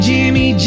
Jimmy